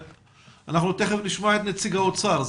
אנחנו תיכף נשמע את נציג האוצר.